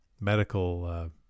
medical